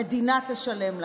המדינה תשלם לכם?